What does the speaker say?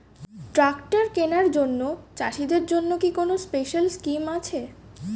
Tractor কেনার জন্য চাষিদের জন্য কি কোনো স্পেশাল স্কিম আছে?